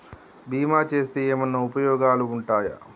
బీమా చేస్తే ఏమన్నా ఉపయోగాలు ఉంటయా?